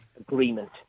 agreement